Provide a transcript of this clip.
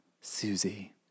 Susie